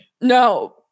No